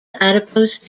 adipose